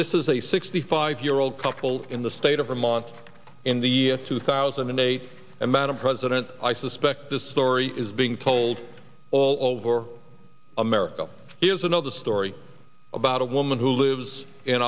this is a sixty five year old couple in the state of vermont in the two thousand and eight and madam president i suspect this story is being told all over america is another story about a woman who lives in